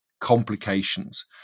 Complications